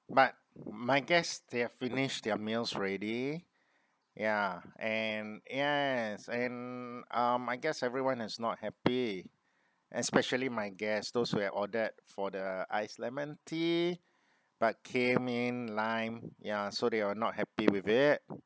but my guests they've finished their meals already ya and yes and mm um I guess everyone is not happy especially my guest those who have ordered for the ice lemon tea but came in lime ya so they were not happy with it